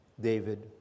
David